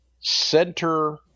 center